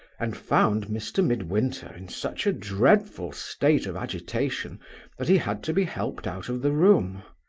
and found mr. midwinter in such a dreadful state of agitation that he had to be helped out of the room.